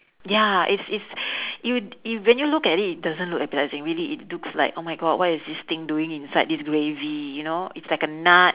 ya it's it's you you when you look at it it doesn't look appetising really it looks like oh my god what is this thing doing inside this gravy you know it's like a nut